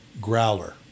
Growler